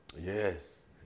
Yes